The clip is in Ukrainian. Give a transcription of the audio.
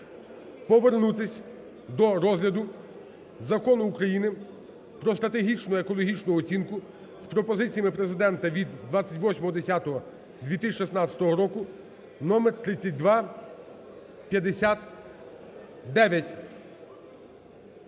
повернутись до розгляду Закону України "Про стратегічну екологічну оцінку" з пропозиціями Президента (від 28.10.2016 року, номер 3259).